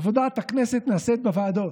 עבודת הכנסת נעשית בוועדות.